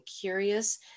curious